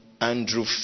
Andrew